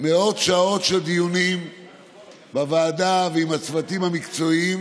מאות שעות של דיונים בוועדה ועם הצוותים המקצועיים,